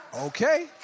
Okay